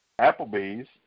Applebee's